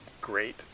great